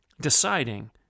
Deciding